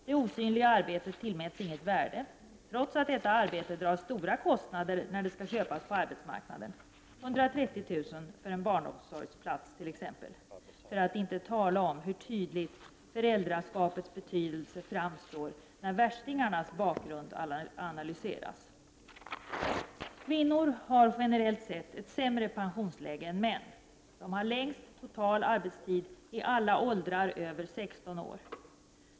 Det osynliga arbetet tillmäts inget värde trots att detta arbete drar höga kostna der när det skall köpas på arbetsmarknaden, t.ex. 130 000 kr. för en barnomsorgsplats. För att inte tala om hur tydligt föräldraskapets betydelse framstår när värstingarnas bakgrund analyseras! Kvinnor har generellt sett ett sämre pensionsläge än män. De har längst total arbetstid i alla åldrar över 16 år.